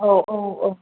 औ औ औ